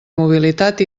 mobilitat